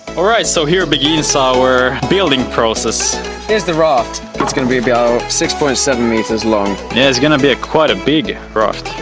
alright, so here begins our building process. here is the raft. it's going to be about six point seven meters long. yeah, it's going to be a quite big raft.